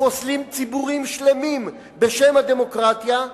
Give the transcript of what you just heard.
ופוסלים ציבורים שלמים בשם הדמוקרטיה,